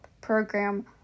program